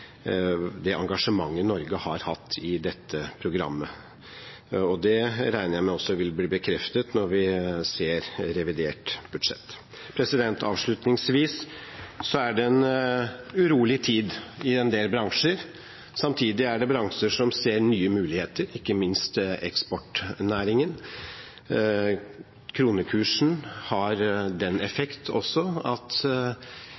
det engasjementet Norge har hatt i dette programmet. Det regner jeg med også vil bli bekreftet når vi ser revidert nasjonalbudsjett. Avslutningsvis: Det er en urolig tid i en del bransjer. Samtidig er det bransjer som ser nye muligheter, ikke minst eksportnæringen. Kronekursen har også den